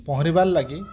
ପହଁରିବା ଲାଗି